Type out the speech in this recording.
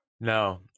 No